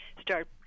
start